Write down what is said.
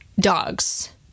dogs